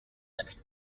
left